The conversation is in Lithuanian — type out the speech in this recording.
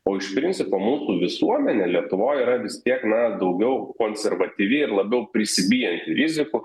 o iš principo mūsų visuomenė lietuvoj yra vis tiek na daugiau konservatyvi ir labiau prisibijanti rizikų